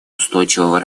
устойчивого